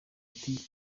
ati